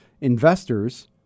investors